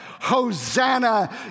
Hosanna